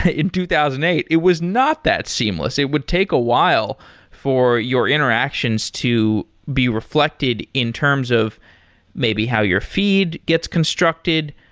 ah in two thousand and eight, it was not that seamless. it would take a while for your interactions to be reflected in terms of maybe how your feed gets constructed.